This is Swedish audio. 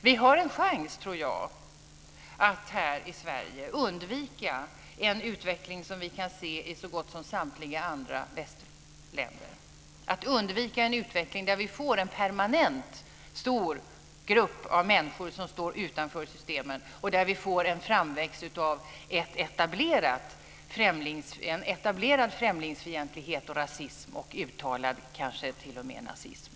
Vi har en chans, tror jag, att här i Sverige undvika en utveckling som vi kan se i så gott som samtliga andra västländer, att undvika en utveckling där vi får en permanent stor grupp av människor som står utanför systemen och där vi får en framväxt av en etablerad främlingsfientlighet och rasism och kanske t.o.m. uttalad nazism.